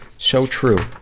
so true.